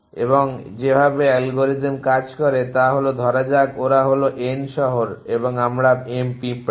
এবং যেভাবে অ্যালগরিদম কাজ করে তা হল যে ধরা যাক ওরা হলো N শহর এবং আমরা M পিঁপড়া